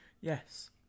Yes